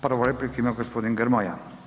Prvu repliku ima gospodin Grmoja.